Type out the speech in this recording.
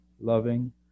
loving